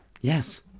Yes